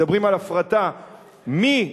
מדברים על הפרטה, מי?